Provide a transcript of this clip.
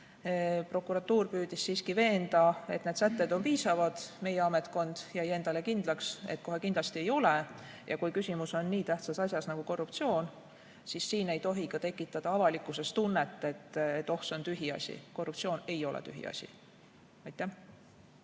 prokuratuur püüdis siiski veenda, et need sätted on piisavad. Meie ametkond jäi endale kindlaks, et kohe kindlasti ei ole. Ja kui küsimus on nii tähtsas asjas nagu korruptsioon, siis siin ei tohi ka tekitada avalikkuses tunnet, et oh, see on tühiasi. Korruptsioon ei ole tühiasi. Suur